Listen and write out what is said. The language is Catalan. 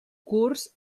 curs